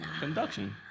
conduction